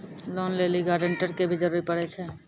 Loan लै लेली guarantor के भी जरूरी पड़ै छै?